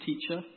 teacher